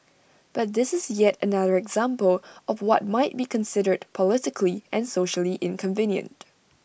but this is yet another example of what might be considered politically and socially inconvenient